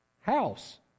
house